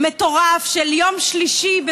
מטורף של יום שלישי,